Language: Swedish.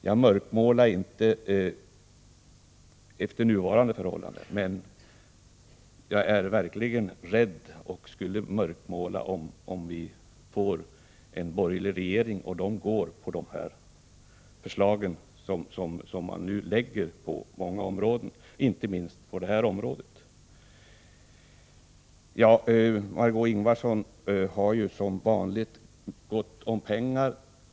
Jag tycker inte att det under nuvarande förhållanden ser så mörkt ut, men jag är verkligen rädd att det skulle göra det om vi fick en borgerlig regering som genomförde den politik som man nu föreslår på många områden, inte minst på det här området.